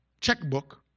checkbook